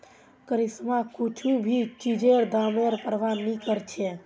करिश्मा कुछू भी चीजेर दामेर प्रवाह नी करछेक